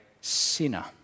sinner